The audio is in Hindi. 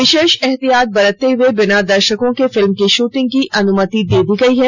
विशेष एहतियात बरतते हुए बिना दर्शकों के फिल्म की शूटिंग की अनुमति दे दी गई है